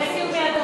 זה שהוא מהדרום,